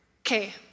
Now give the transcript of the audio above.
Okay